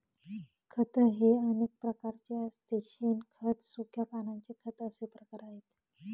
खत हे अनेक प्रकारचे असते शेणखत, सुक्या पानांचे खत असे प्रकार आहेत